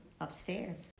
upstairs